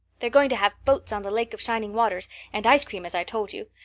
they're going to have boats on the lake of shining waters and ice cream, as i told you.